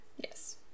yes